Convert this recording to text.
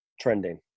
trending